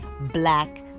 Black